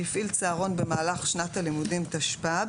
שהפעיל צהרון במהלך שנת הלימודים תשפ"ב